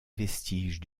vestige